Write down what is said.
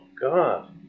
God